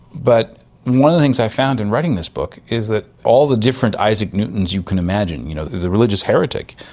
but one of the things i found in writing this book is that all the different isaac newtons you could imagine you know the religious heretic,